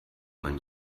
man